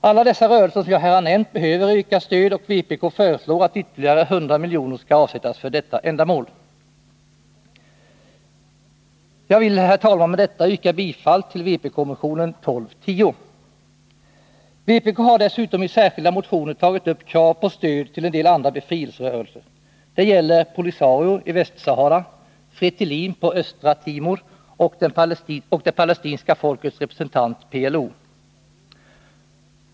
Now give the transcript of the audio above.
Alla dessa rörelser som jag här har nämnt behöver ökat stöd, och vpk föreslår att ytterligare 100 milj.kr. skall avsättas för detta ändamål. Jag vill, herr talman, med detta yrka bifall till vpk-motionen 1210. Vpk har dessutom i särskilda motioner tagit upp krav på stöd till en del andra befrielserörelser. Det gäller Polisario i Västra Sahara, Fretilin på Östra Timor och det palestinska folkets representant PLO.